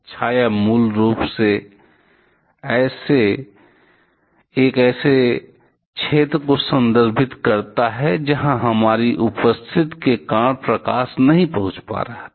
छाया मूल रूप से एक ऐसे क्षेत्र को संदर्भित करता है जहां हमारी उपस्थिति के कारण प्रकाश नहीं पहुंच पा रहा था